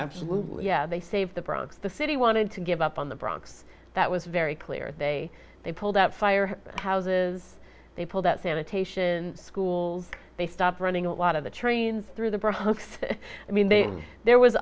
absolutely yeah they saved the bronx the city wanted to give up on the bronx that was very clear they they pulled out fire houses they pulled out sanitation schools they stopped running a lot of the trains through the bronx i mean they there was